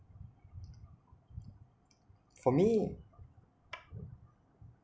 for me